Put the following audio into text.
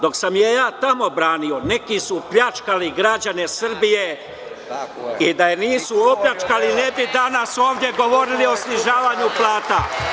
Dok sam je ja tamo branio neki su pljačkali građane Srbije i da je nisu opljačkali ne bi danas govorili ovde o snižavanju plata.